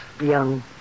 young